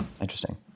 Interesting